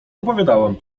opowiadałam